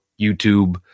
YouTube